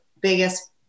biggest